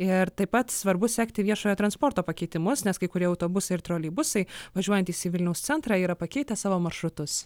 ir taip pat svarbu sekti viešojo transporto pakeitimus nes kai kurie autobusai ir troleibusai važiuojantys į vilniaus centrą yra pakeitę savo maršrutus